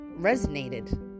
resonated